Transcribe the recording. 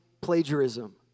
plagiarism